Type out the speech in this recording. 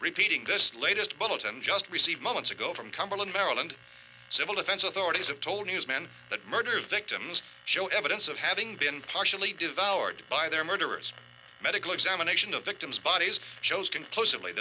repeating this latest bulletin just received moments ago from cumberland maryland civil defense authorities have told news men that murder victims show evidence of having been partially devoured by their murderous medical examination of victims bodies shows conclusively